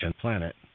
Planet